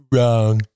Wrong